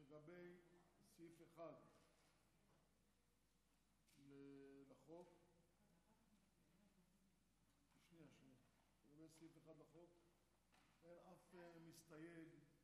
לגבי סעיף 1 לחוק, אין אף מסתייג.